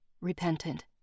repentant